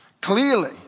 Clearly